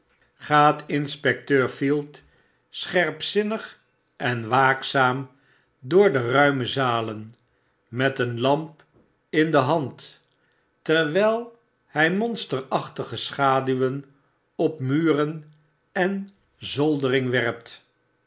inspecteur field scherpzinnig en waakzaam door de ruime zalen met een lamp in de hand terwyl hg monsterachtige schaduwen op muren en zoldering werpt